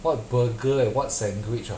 what burger and what sandwich ah